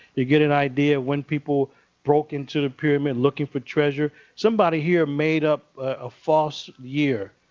you get an idea when people broke into the pyramid looking for treasure. somebody here made up a false year.